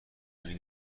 شکنی